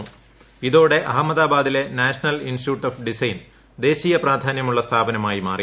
ച്ച് ഇതോടെ അഹമ്മദാബാദിലെ നാഷണൽ ഇൻസ്റ്റിറ്റ്യൂട്ട് ഓഫ് ഡിസൈൻ ദേശീയ പ്രാധാന്യമുള്ള സ്ഥാപനമായി മാറി